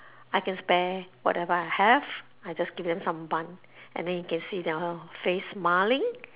I can spare whatever I have I just give them some bun and then you can see their face smiling